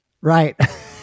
Right